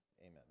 amen